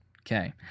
Okay